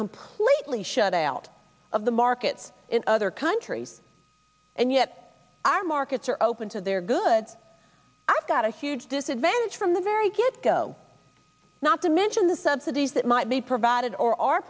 completely shut out of the markets in other countries and yet our markets are open to their goods i've got a huge disadvantage from the very get go not to mention the subsidies that might be provided or are